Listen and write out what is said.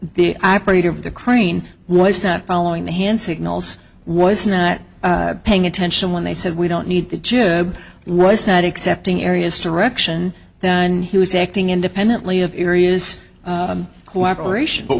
the operator of the crane was not following the hand signals was not paying attention when they said we don't need the job rights not accepting areas direction then he was acting independently of arius cooperation but